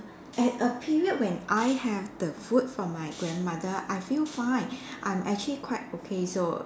and a period when I have the food from my grandmother I feel fine I'm actually quite okay so